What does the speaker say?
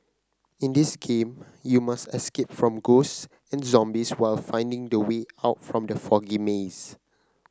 in this game you must escape from ghost and zombies while finding the way out from the foggy maze